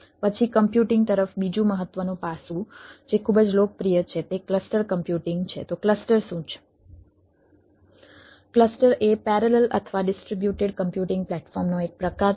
પછી કમ્પ્યુટિંગ તરફનું બીજું મહત્વનું પાસું જે ખૂબ જ લોકપ્રિય છે તે ક્લસ્ટર કમ્પ્યુટિંગ છે